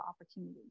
opportunity